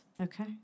Okay